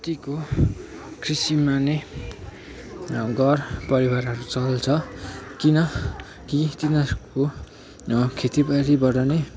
कतिको कृषिमा नै घर परिवारहरू चल्छ किनकि तिनीहरूको खेतीबारीबाट नै